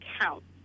counts